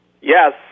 Yes